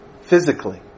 physically